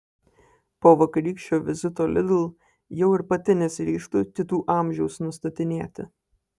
po vakarykščio vizito lidl jau ir pati nesiryžtu kitų amžiaus nustatinėti